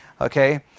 okay